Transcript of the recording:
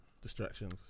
distractions